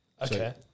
Okay